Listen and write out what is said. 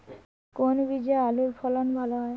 কোন বীজে আলুর ফলন ভালো হয়?